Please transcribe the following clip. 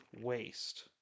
waste